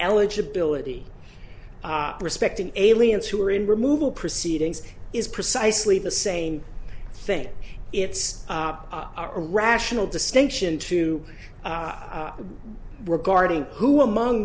eligibility respecting aliens who are in removal proceedings is precisely the same thing it's a rational distinction to regarding who among